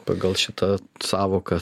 pagal šitą sąvokas